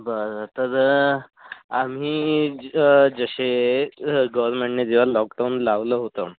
बरं तर आम्ही ज जसे गव्हर्मेंटने जेव्हा लॉकडाउन लावलं होतं